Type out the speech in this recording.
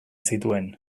zituen